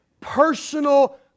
personal